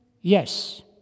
yes